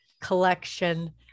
collection